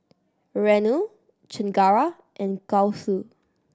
Renu Chengara and Gouthu